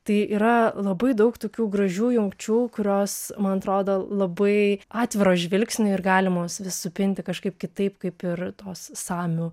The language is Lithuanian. tai yra labai daug tokių gražių jungčių kurios man atrodo labai atviro žvilgsnio ir galimos vis supinti kažkaip kitaip kaip ir tos samių